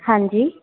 ਹਾਂਜੀ